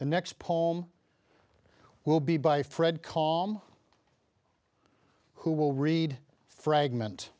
the next poem well be by fred call who will read fragment